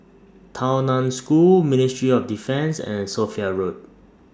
Tao NAN School Ministry of Defence and Sophia Road